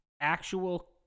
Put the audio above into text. actual